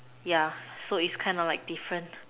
yeah so is kind of like different